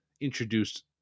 introduced